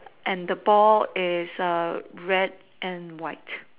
and the ball is red and white